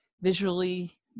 visually